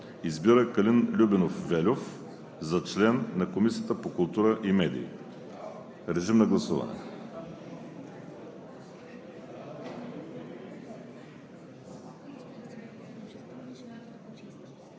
Избира Калин Любенов Вельов за член на Комисията по културата и медиите.“ Моля, режим на гласуване.